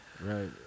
Right